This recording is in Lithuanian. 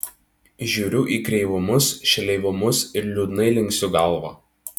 žiūriu į kreivumus šleivumus ir liūdnai linksiu galvą